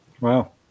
Wow